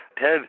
TED